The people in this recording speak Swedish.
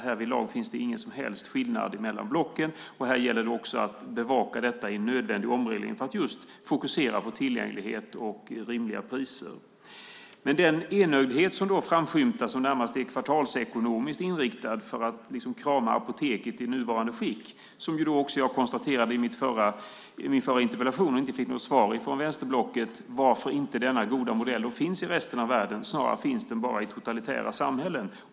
Härvidlag finns ingen som helst skillnad mellan blocken. Här gäller det också att bevaka detta i en nödvändig omreglering för att fokusera på tillgänglighet och rimliga priser. Den enögdhet som framskymtar är närmast kvartalsekonomiskt inriktad för att liksom krama Apoteket i nuvarande skick. Jag konstaterade i den förra interpellationsdebatten, men fick ingen respons från vänsterblocket, att denna goda modell inte finns i resten av världen utan bara i totalitära samhällen.